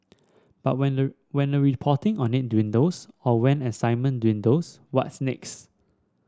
but when the when the reporting on it dwindles or when excitement dwindles what's next